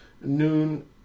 Noon